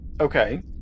Okay